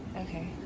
Okay